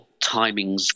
timings